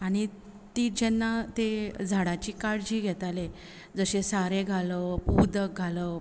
आनी ती जेन्ना ते झाडाची काळजी घेताले जशें सारें घालप उदक घालप